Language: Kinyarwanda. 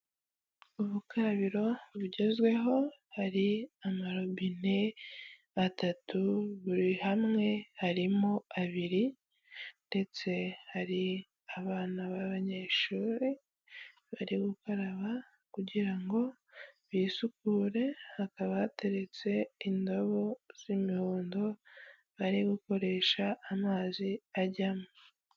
Urukarabiro rugezweho hari amarobine atatu, buri hamwe harimo abiri ndetse hari abana b'abanyeshuri, bari gukaraba kugira ngo bisukure, hakaba hateretse indobo z'imihondo bari gukoresha amazi ajyamo.